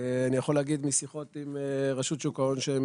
אני יכול להגיד משיחות עם רשות שוק ההון שהם